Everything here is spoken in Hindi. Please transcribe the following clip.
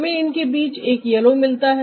हमें इनके बीच एक यलो मिलता है